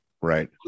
Right